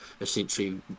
essentially